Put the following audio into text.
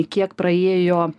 kiek praėjo